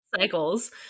cycles